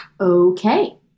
okay